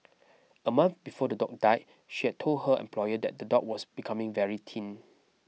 a month before the dog died she had told her employer that the dog was becoming very thin